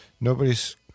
Nobody's